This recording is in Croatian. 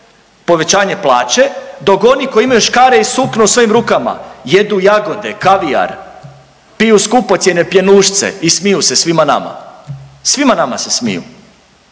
povećanje plaće dok oni koji imaju škare i sukno u svojim rukama jedu jagode, kavijar, piju skupocjene pjenušce i smiju se svima nama, svima nama se smiju.